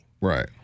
Right